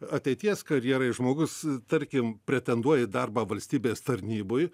ateities karjerai žmogus tarkim pretenduoja į darbą valstybės tarnyboj